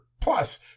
plus